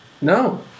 No